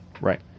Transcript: Right